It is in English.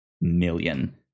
million